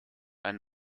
ein